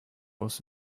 aus